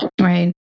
right